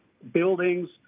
buildings